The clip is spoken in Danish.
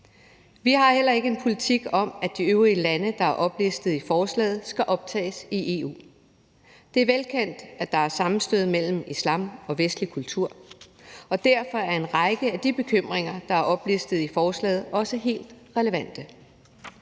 Vi har heller ikke en politik om, at de øvrige lande, der er oplistet i forslaget, skal optages i EU. Det er velkendt, at der er et sammenstød mellem islam og vestlig kultur, og derfor er en række af de bekymringer, der er oplistet i forslaget, også helt relevante.